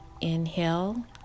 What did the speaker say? inhale